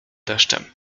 deszczem